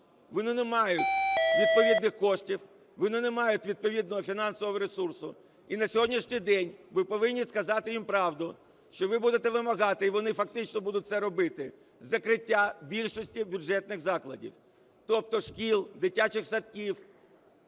Вони не мають відповідних коштів, вони не мають відповідного фінансового ресурсу. І на сьогоднішній день ви повинні сказати їм правду, що ви будете вимагати, і вони фактично будуть це робити, закриття більшості бюджетних закладів, тобто шкіл, дитячих садків,